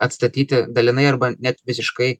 atstatyti dalinai arba net visiškai